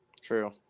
True